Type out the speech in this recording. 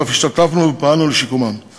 ואף פעלנו לשיקומן והשתתפנו בו.